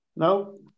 No